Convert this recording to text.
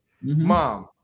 Mom